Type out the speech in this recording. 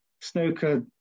snooker